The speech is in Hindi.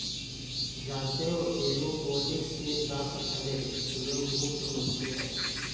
जानते हो एयरोपोनिक्स से प्राप्त फलें रोगमुक्त होती हैं